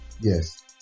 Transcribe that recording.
yes